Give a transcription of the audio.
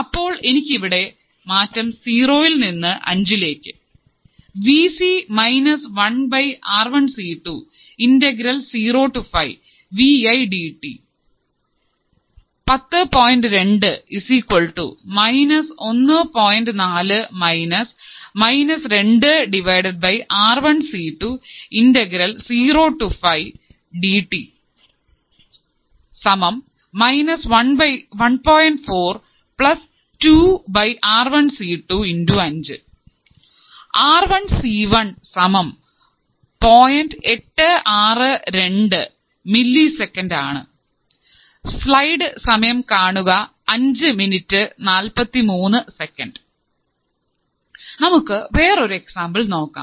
അപ്പോൾ എനിക്ക് ഇവിടെ മാറ്റം സീറോ ൽനിന്ന് അഞ്ചിലേക്കു ആർ ഒൺ സി ഒൺ സമം പോയിന്റ് എട്ടു ആറു രണ്ടു മില്ലി സെക്കൻഡ് നമുക്ക് വേറെ ഒരു ഉദാഹരണം നോക്കാം